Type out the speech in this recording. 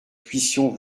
puissions